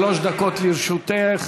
שלוש דקות לרשותך.